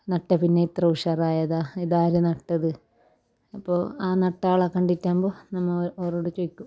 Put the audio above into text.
നട്ടതിൽ പിന്നെ ഇത്ര ഉഷാറായതാണോ ഇതാര് നട്ടത് അപ്പം ആ നട്ട ആളെ കണ്ടിട്ടാകുമ്പോൽ നമ്മൾ അവരോട് ചോദിക്കും